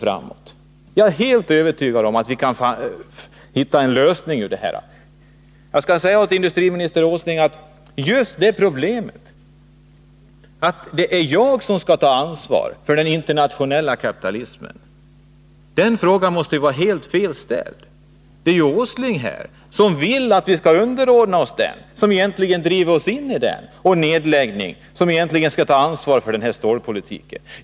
Jag är helt övertygad om att vi kan hitta en lösning. Industriminister Åsling frågade hur just jag vill ta ansvar för den internationella kapitalismen. Men den frågan måste ju vara felaktigt ställd. Det är egentligen industriminister Åsling, som vill att vi skall underordna oss kapitalismen, som driver oss in i kapitalism och nedläggningar, som skall ta ansvaret för den här stålpolitiken.